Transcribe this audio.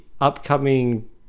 upcoming